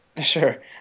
Sure